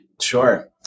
Sure